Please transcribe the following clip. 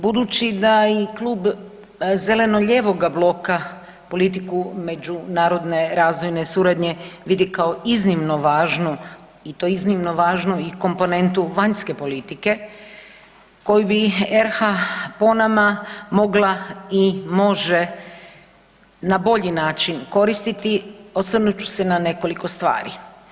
Budući da i klub Zeleno-lijevoga bloka politiku međunarodne razvojne suradnje vidi kao iznimno važnu i to iznimno važnu komponentu vanjske politike koju bi RH po nama mogla i može na bolji način koristiti osvrnut ću se na nekoliko stvari.